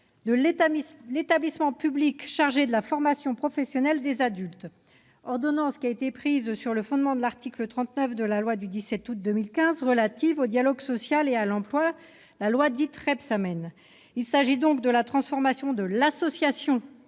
de l'établissement public chargé de la formation professionnelle des adultes, ordonnance prise sur le fondement de l'article 39 de la loi du 17 août 2015 relative au dialogue social et à l'emploi, dite loi Rebsamen. Il s'agit donc de la transformation de l'association